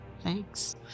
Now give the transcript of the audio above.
thanks